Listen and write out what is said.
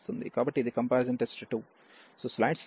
కాబట్టి ఇది comparison test 2